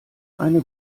eine